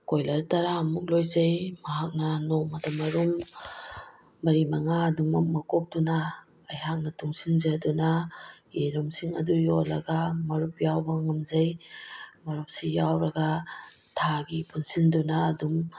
ꯀꯣꯏꯂꯔ ꯇꯔꯥꯃꯨꯛ ꯂꯣꯏꯖꯩ ꯃꯍꯥꯛꯅ ꯅꯣꯡꯃꯗ ꯃꯔꯨꯝ ꯃꯔꯤ ꯃꯉꯥ ꯑꯗꯨꯝꯃꯛ ꯃꯀꯣꯛꯇꯨꯅ ꯑꯩꯍꯥꯛꯅ ꯇꯨꯡꯁꯤꯟꯖꯗꯨꯅ ꯌꯦꯔꯨꯝꯁꯤꯡ ꯑꯗꯨ ꯌꯣꯜꯂꯒ ꯃꯔꯨꯞ ꯌꯥꯎꯕ ꯉꯥꯝꯖꯩ ꯃꯔꯨꯞꯁꯤ ꯌꯥꯎꯔꯒ ꯊꯥꯒꯤ ꯄꯨꯟꯁꯤꯟꯗꯨꯅ ꯑꯗꯨꯝ